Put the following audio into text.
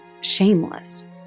shameless